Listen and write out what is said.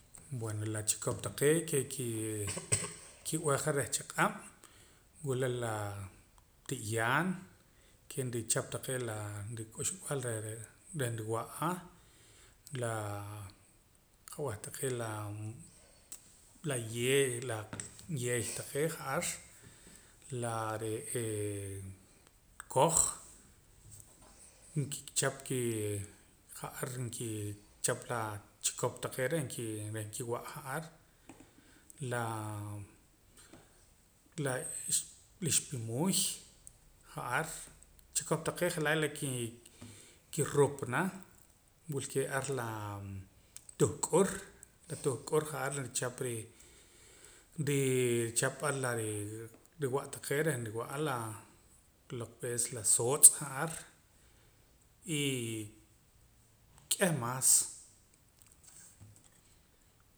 Bueno la chikop taqee' ke ki ki'b'eja reh chaq'ab' wula la ti'yaan ke nrichap taqee' la k'uxb'al reh nruwa'a la qab'eh taqee' laa yeey taqee' ja'ar la koj nkichap ki ja'ar nkichap la chikop taqee' reh reh nkiwa'a ar laa laa ixpimuuy ja'ar chikop taee' je'laa' la ki'rupana wilkee ar laa tuhk'ur la tuhk'ur ja'ar richap ri riichap ar la riwa'a' taqee' reh nriwa'a laa lo ke es la sootz' ja'ar y k'eh maas